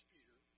Peter